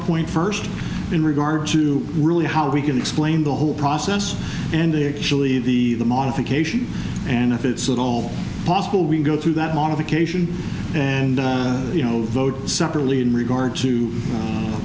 point first in regard to really how we can explain the whole process and actually the modification and if it's at all possible we go through that modification and you know vote separately in regard to